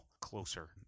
closer